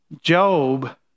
Job